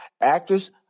actress